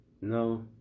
No